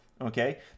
Okay